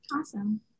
Awesome